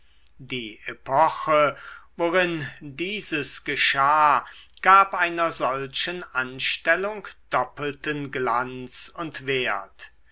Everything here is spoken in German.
die epoche worin dieses geschah gab einer solchen anstellung doppelten glanz und wert